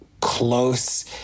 close